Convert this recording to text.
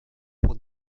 pour